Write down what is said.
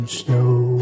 snow